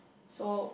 so